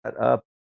up